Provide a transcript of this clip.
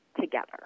together